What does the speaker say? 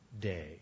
day